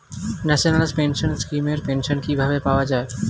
National pension scheme এর pension কিভাবে পাওয়া যায়?